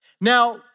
Now